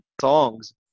songs